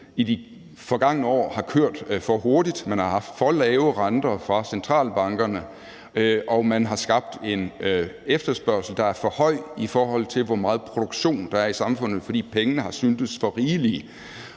i de forgangne år har kørt for hurtigt; man har haft for lave renter fra centralbankernes side, og man har skabt en efterspørgsel, der er for høj, i forhold til hvor meget produktion der er i samfundet, fordi pengene har syntes for rigelige.